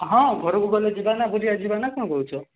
ହଁ ଘରକୁ ଗଲେ ଯିବାନା ବୁଲିଆକୁ ଯିବା ନା କ'ଣ କହୁଛ